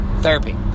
therapy